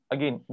Again